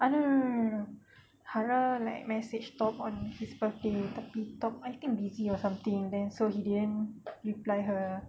ah no no no no no hara like message top on his birthday tapi top I think busy or something then so he didn't reply her